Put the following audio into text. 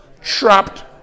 trapped